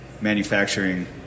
manufacturing